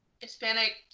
Hispanic